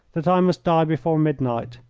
that i must die before midnight.